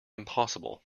impossible